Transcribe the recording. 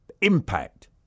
impact